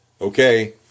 okay